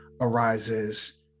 arises